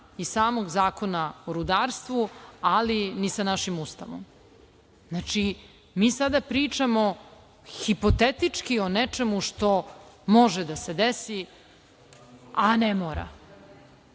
i samog Zakona o rudarstvu, ali ni sa našim Ustavom? Znači, mi sada pričamo hipotetički o nečemu što može da se desi, a ne mora.Zašto